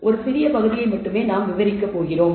ஒரு சிறிய பகுதியை மட்டுமே நாங்கள் விவரிக்கப் போகிறோம்